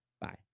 Bye